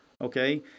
okay